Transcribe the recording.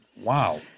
Wow